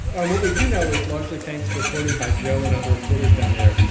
and what we do know is largely thanks to reporting by joe and other reporters down there,